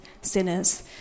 sinners